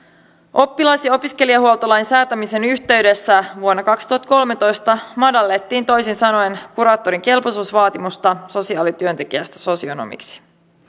oppilas ja opiskelijahuoltolain säätämisen yhteydessä vuonna kaksituhattakolmetoista madallettiin toisin sanoen kuraattorin kelpoisuusvaatimusta sosiaalityöntekijästä sosionomiksi